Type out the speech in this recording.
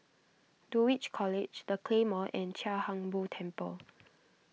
Dulwich College the Claymore and Chia Hung Boo Temple